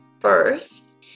first